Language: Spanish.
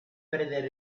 perder